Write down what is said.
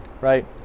right